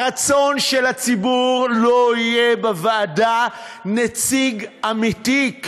הרצון שלציבור לא יהיה בוועדה נציג אמיתי,